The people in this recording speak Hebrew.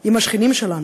עם השכנים שלנו,